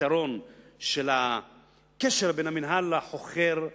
פתרון של הקשר בין המנהל לחוכר.